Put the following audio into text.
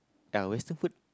ya western food